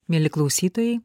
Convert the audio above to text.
mieli klausytojai